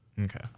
Okay